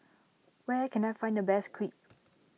where can I find the best Crepe